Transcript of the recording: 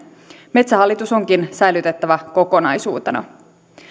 metsähallitus onkin säilytettävä kokonaisuutena